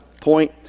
point